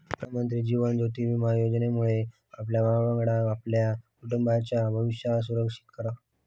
प्रधानमंत्री जीवन ज्योति विमा योजनेमुळे आपल्यावांगडा आपल्या कुटुंबाचाय भविष्य सुरक्षित करा